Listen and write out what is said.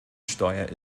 steuer